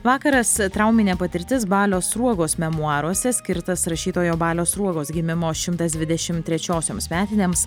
vakaras trauminė patirtis balio sruogos memuaruose skirtas rašytojo balio sruogos gimimo šimtas dvidešimt trečosioms metinėms